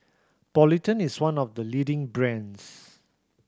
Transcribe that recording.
Polident is one of the leading brands